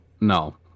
No